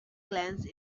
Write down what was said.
glance